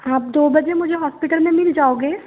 आप दो बजे मुझे हॉस्पिटल में मिल जाओगे